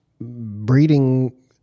breeding